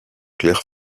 claire